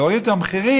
להוריד את המחירים,